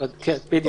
כן, בדיוק.